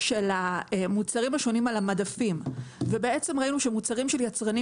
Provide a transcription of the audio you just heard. של המוצרים השונים על המדפים וראינו שמוצרים של יצרנים